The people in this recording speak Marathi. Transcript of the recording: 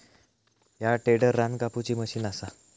ह्या टेडर रान कापुची मशीन असा